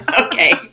Okay